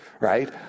right